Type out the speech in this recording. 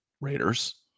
Raiders